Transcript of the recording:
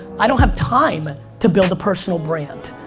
i don't have time to build a personal brand.